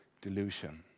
delusion